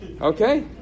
Okay